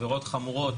עבירות חמורות,